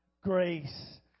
Grace